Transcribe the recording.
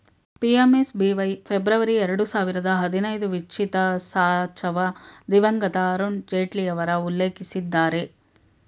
PMSBY February ಎರಡು ಸಾವಿರದ ಹದಿನೈದು ವಿತ್ಚಿತಸಾಚವ ದಿವಂಗತ ಅರುಣ್ ಜೇಟ್ಲಿಯವರು ಉಲ್ಲೇಖಿಸಿದ್ದರೆ